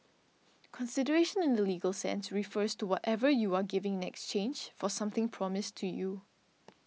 consideration in the legal sense refers to whatever you are giving exchange for something promised to you